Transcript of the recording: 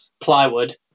plywood